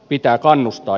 pitää kannustaa